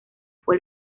fue